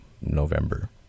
November